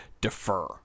defer